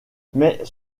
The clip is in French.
mais